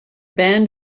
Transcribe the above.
band